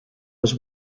was